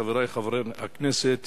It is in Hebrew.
חברי חברי הכנסת,